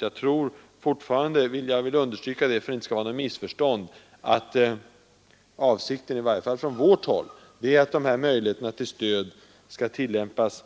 För att undvika missförstånd vill jag understryka att avsikten i varje fall från vårt håll är att dessa möjligheter till stöd skall tillämpas